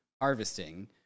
harvesting